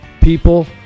people